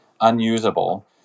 unusable